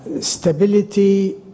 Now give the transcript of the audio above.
stability